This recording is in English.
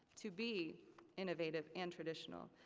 to be innovative and traditional,